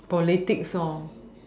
politics